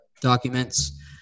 documents